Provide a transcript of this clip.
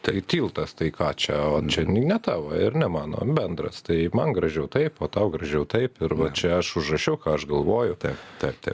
tai tiltas tai ką čia čia juk ne tavo ir ne mano bendras tai man gražiau taip o tau gražiau taip ir va čia aš užrašiau ką aš galvoju taip taip taip